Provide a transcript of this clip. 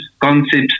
concepts